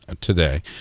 today